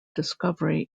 discovery